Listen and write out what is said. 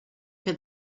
que